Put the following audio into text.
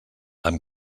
amb